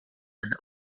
and